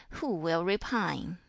who will repine?